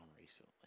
recently